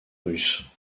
russe